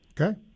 Okay